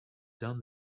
done